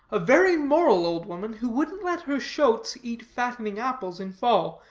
a very moral old woman, who wouldn't let her shoats eat fattening apples in fall,